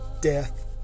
death